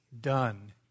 Done